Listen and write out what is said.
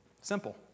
Simple